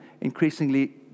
increasingly